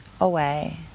away